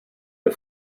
der